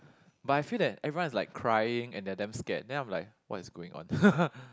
but I feel that everyone is like crying and they are damn scared then I'm like what is going on